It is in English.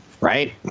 right